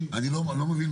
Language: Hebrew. אני לא נהנה,